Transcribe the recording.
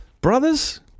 brothers